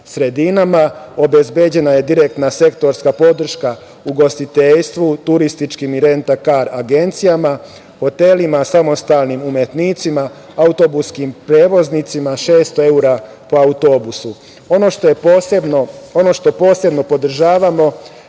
sredinama, obezbeđena je direktna sektorska podrška ugostiteljstvu, turističkim i rent a kar agencijama, hotelima, samostalnim umetnicima, autobuskim prevoznicima 600 evra po autobusu. Ono što posebno podržavamo